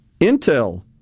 Intel